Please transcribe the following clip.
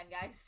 guys